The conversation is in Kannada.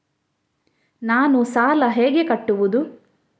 ನಾನು ಸಾಲ ಹೇಗೆ ಕಟ್ಟುವುದು?